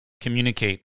communicate